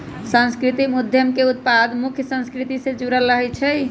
सांस्कृतिक उद्यम के उत्पाद मुख्य संस्कृति से जुड़ल रहइ छै